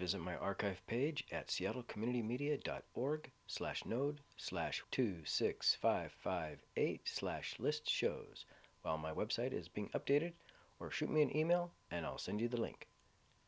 visit my archive page at seattle community media dot org slash node slash two six five five eight slash list shows while my website is being updated or shoot me an email and i'll send you the link